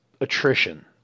attrition